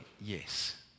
yes